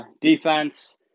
defense